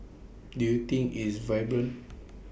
do you think it's vibrant